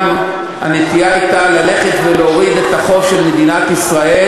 הנטייה הייתה ללכת ולהוריד את החוב של מדינת ישראל,